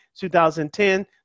2010